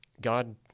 God